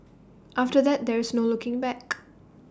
after that there's no looking back